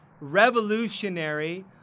revolutionary